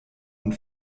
und